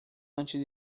antes